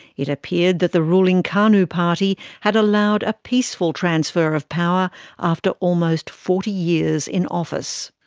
it appeared that the ruling kanu party had allowed a peaceful transfer of power after almost forty years in office.